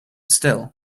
still